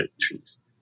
trees